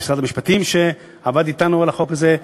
למשרד המשפטים שעבד אתנו על החוק הזה,